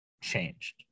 changed